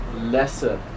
lesser